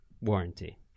warranty